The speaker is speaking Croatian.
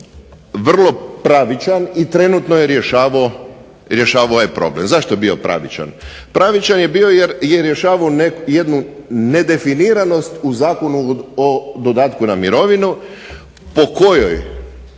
vrlo pravičan i trenutno je rješavao ovaj problem. Zašto je bio pravičan? Pravičan je bio jer je rješavao jednu nedefiniranost u Zakonu o dodatku na mirovinu, po kojoj